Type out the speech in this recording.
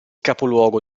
capoluogo